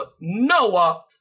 Noah